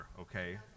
okay